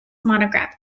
monograph